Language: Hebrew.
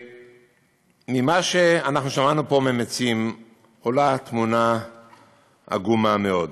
ממה שאנחנו שמענו פה מהמציעים עולה תמונה עגומה מאוד.